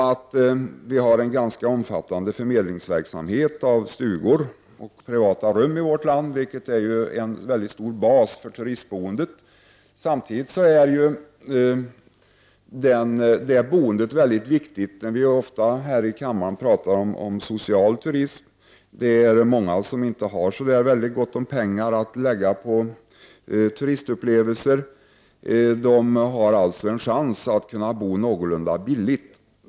Det finns en ganska omfattande förmedlingsverksamhet när det gäller stugor och privata rum, vilket utgör en bred bas för turistboendet. Detta boende är väldigt viktigt för s.k. social turism. Det är många som inte har så gott om pengar att lägga på turistupplevelser. Dessa människor har alltså en chans att kunna bo någorlunda billigt.